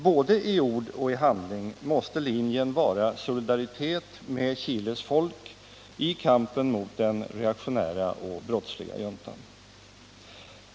Både i ord och handling måste linjen vara solidaritet med Chiles folk i kampen mot den reaktionära och brottsliga juntan.